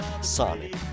sonic